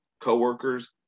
coworkers